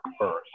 first